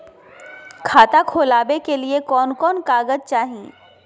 खाता खोलाबे के लिए कौन कौन कागज चाही?